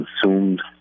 consumed